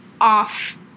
off